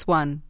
one